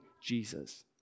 Jesus